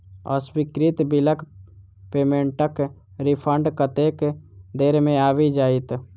अस्वीकृत बिलक पेमेन्टक रिफन्ड कतेक देर मे आबि जाइत?